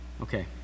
Okay